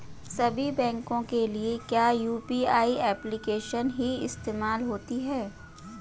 सभी बैंकों के लिए क्या यू.पी.आई एप्लिकेशन ही इस्तेमाल होती है?